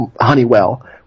Honeywell